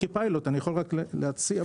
כפיילוט, אני רוצה להציע,